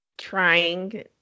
trying